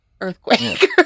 earthquake